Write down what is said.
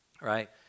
right